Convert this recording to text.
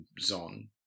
Zon